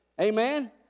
Amen